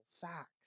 facts